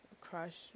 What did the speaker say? crush